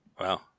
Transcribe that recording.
wow